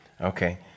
Okay